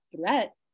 threat